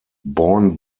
born